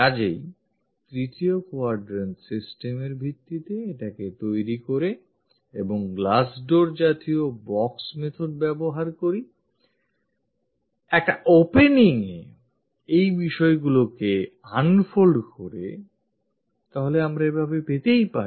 কাজেই তৃতীয় quadrant system এর ভিত্তিতে এটাকে তৈরি করি এবং glassdoor জাতীয় box method ব্যবহার করি একটা opening যে এই বিষয়গুলিকে unfoldকরে তাহলে আমরা তা এভাবেই পেতে পারি